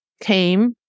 came